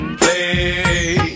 play